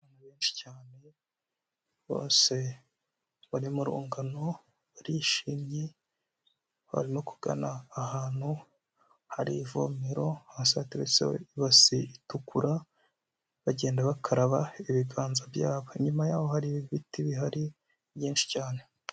Abantu benshi cyane bose bari mu rungano barishimye barimo kugana ahantu hari ivomero, hasi hateretse ibasi itukura, bagenda bakaraba ibiganza byabo, inyuma yabo hari ibiti bihari byinshi cyane.